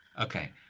okay